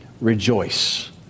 rejoice